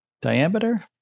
diameter